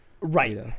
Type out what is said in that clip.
Right